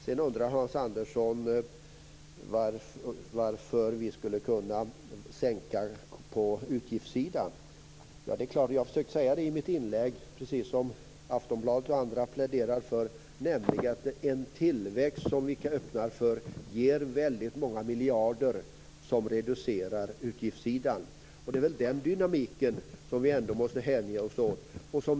Sedan undrar Hans Andersson varför vi skulle kunna sänka på utgiftssidan. Jag försökte säga i mitt inlägg precis det som Aftonbladet och andra pläderar för. En tillväxt som vi öppnar för ger väldigt många miljarder som reducerar utgiftssidan. Det är den dynamiken som vi ändå måste hänge oss åt.